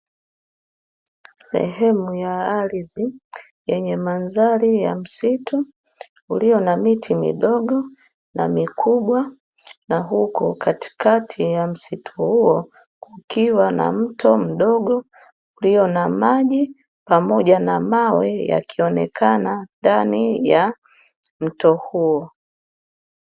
Sehemu ya ardhi yenye mandhari ya msitu ulio na miti midogo na mikubwa, na huku katikati ya msitu huo kukiwa na mto mdogo ulio na maji, pamoja na mawe yakionekana ndani ya mto huo.